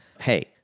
hey